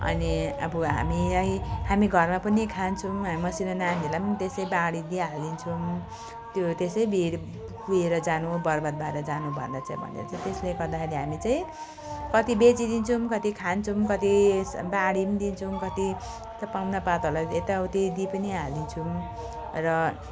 अनि अब हामीलाई हामी घरमा पनि खान्छौँ हामी मसिनो नानीहरूलाई पनि त्यसै बाँडिदिई हालिदिन्छौँ त्यो त्यसै कुहे कुहेर जानु बर्बाद भएर जानुभन्दा चाहिँ भनेर चाहिँ त्यसले गर्दाखेरि हामी चाहिँ कति बेचिदिन्छौँ कति खान्छौँ कति बाँडी पनि दिन्छौँ कति त पाहुनापातहरूलाई अब यताउति दिई पनि हालिदिन्छौँ र